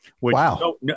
Wow